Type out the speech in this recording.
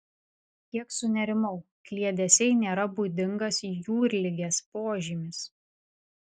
kiek sunerimau kliedesiai nėra būdingas jūrligės požymis